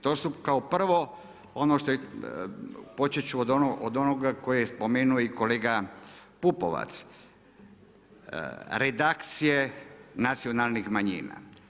To su kao prvo ono što je, počet ću od onog kojeg je spomenuo i kolega Pupovac redakcije nacionalnih manjina.